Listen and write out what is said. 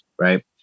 Right